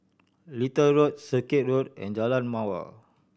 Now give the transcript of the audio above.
Little Road Circuit Road and Jalan Mawar